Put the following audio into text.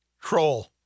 Troll